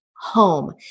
home